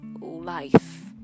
life